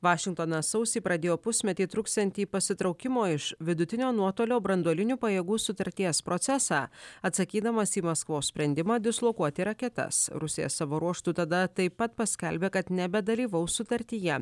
vašingtonas sausį pradėjo pusmetį truksiantį pasitraukimo iš vidutinio nuotolio branduolinių pajėgų sutarties procesą atsakydamas į maskvos sprendimą dislokuoti raketas rusija savo ruožtu tada taip pat paskelbė kad nebedalyvaus sutartyje